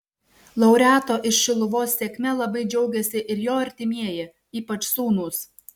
laureato iš šiluvos sėkme labai džiaugėsi ir jo artimieji ypač sūnūs